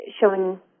showing